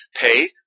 pay